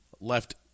left